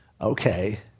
okay